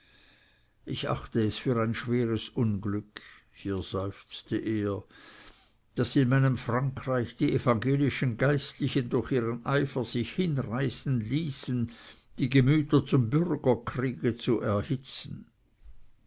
ich achte es für ein schweres unglück hier seufzte er daß in meinem frankreich die evangelischen geistlichen durch ihren eifer sich hinreißen ließen die gemüter zum bürgerkriege zu erhitzen